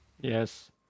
yes